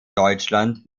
deutschland